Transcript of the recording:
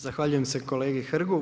Zahvaljujem se kolegi Hrgu.